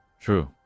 True